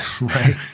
Right